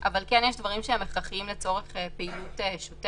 אבל אולי יש מקום לשקול כן לחייב את הספק